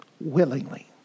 willingly